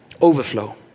Overflow